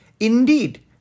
Indeed